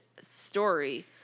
story